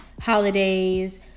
holidays